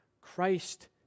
Christ